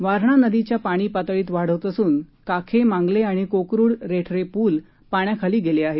वारणा नदीच्या पाणी पातळीत वाढ होत असून काखे मांगले आणि कोकरूड रेठरे पुल पाण्याखाली गेले आहेत